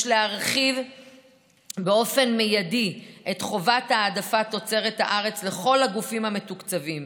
יש להרחיב באופן מיידי את חובת העדפת תוצרת הארץ לכל הגופים המתוקצבים.